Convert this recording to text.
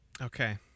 Okay